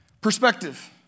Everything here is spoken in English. Perspective